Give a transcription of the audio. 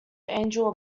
angel